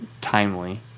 timely